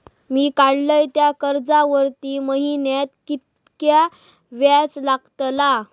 मी काडलय त्या कर्जावरती महिन्याक कीतक्या व्याज लागला?